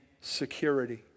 security